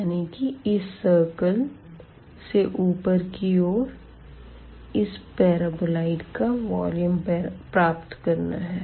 यानी कि इस सर्कल से ऊपर की ओर इस पैराबोलॉयड का वॉल्यूम प्राप्त करना है